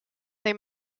they